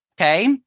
Okay